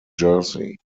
jersey